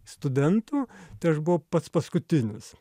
studentų tai aš buvau pats paskutinis